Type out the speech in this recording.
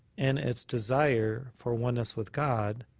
in its desire for oneness with god